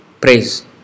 praise